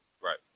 Right